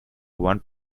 one